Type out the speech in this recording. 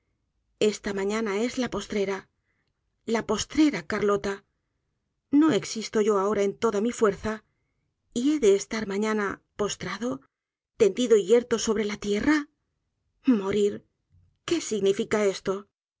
esta mañana es la postrera la postrera carlota no existo yo ahora en toda mi fuerza y he de estar mañana postrado tendido y yerto sobre la tierra morir qué significa esto